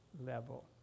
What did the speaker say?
level